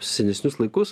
senesnius laikus